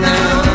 Now